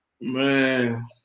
Man